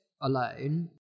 alone